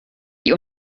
die